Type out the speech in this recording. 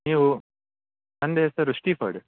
ನೀವು ನನ್ನದು ಹೆಸರು ಷ್ಟೀಫರ್ಡ್